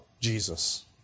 Jesus